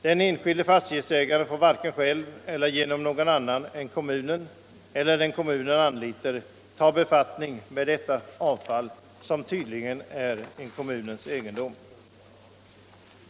Den enskilde fastighetsägaren får varken själv eller genom någon annan än den kommunen anlitar ta befattning med detta avfall, som tydligen är en kommunens egendom.